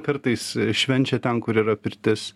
kartais švenčia ten kur yra pirtis